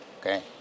okay